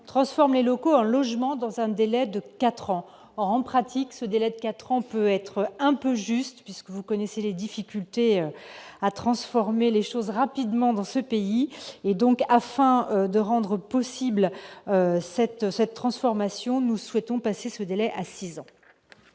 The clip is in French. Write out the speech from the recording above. l'acheteur locaux en logements dans un délai de 4 ans, en pratique, ce délai de 4 ans peut être un peu juste, puisque vous connaissez les difficultés à transformer les choses rapidement dans ce pays et donc afin de rendre possible cette cette transformation, nous souhaitons passer ce délai à 6 ans.